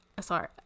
sorry